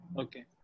Okay